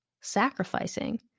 sacrificing